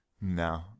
No